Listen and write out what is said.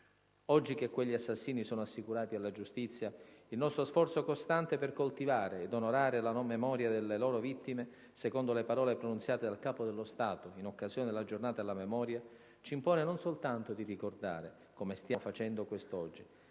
Oggi che quegli assassini sono assicurati alla giustizia, il nostro "sforzo costante per coltivare ed onorare la memoria delle loro vittime", secondo le parole pronunciate dal Capo dello Stato in occasione della giornata della memoria, ci impone non soltanto di ricordare, come stiamo facendo quest'oggi,